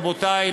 רבותי,